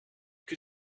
que